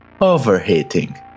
overheating